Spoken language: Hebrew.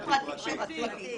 שטח פרטי.